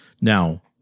Now